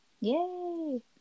Yay